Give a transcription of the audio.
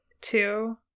two